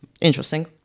Interesting